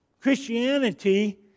Christianity